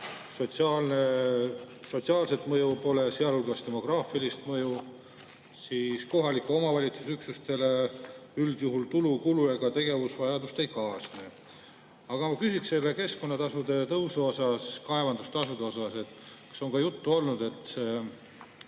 sotsiaalset mõju, sealhulgas demograafilist mõju, ning kohaliku omavalitsuse üksustele üldjuhul tulu, kulu ega tegevusvajadust ei kaasne. Aga ma küsin keskkonnatasude tõusu, kaevandustasude kohta. Kas on ka juttu olnud, et